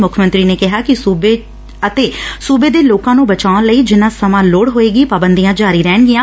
ਮੁੱਖ ਮੰਤਰੀ ਨੇ ਕਿਹਾ ਕਿ ਸੁਬੇ ਅਤੇ ਸੁਬੇ ਦੇ ਲੋਕਾਂ ਨੰ ਬਚਾਉਣ ਲਈ ਜਿਨਾਂ ਸਮਾਂ ਲੋੜ ਹੋਵੇਗੀ ਪਾਬੰਦੀਆਂ ਜਾਰੀ ਰਹਿਣਗੀਆਂ